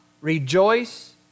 rejoice